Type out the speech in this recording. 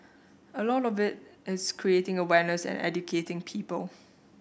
a lot of it is creating awareness and educating people